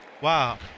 Wow